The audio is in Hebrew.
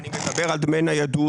אני מדבר על דמי זכאות.